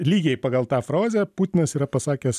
lygiai pagal tą frazę putinas yra pasakęs